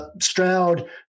Stroud